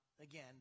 again